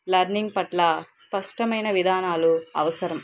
learning పట్ల స్పష్టమైన విధానాలు అవసరం